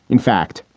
in fact,